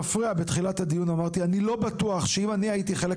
בתחילת הדיון אמרתי שאני לא בטוח שאם אני הייתי חלק